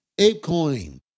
ApeCoin